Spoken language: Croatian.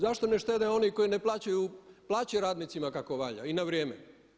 Zašto ne štede oni koji ne plaćaju plaće radnicima kako valja i na vrijeme?